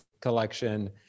collection